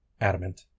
adamant